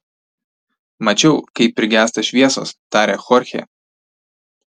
mačiau kaip prigęsta šviesos tarė chorchė